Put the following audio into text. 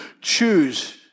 choose